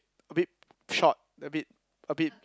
a bit short a bit a bit